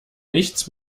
nichts